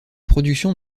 productions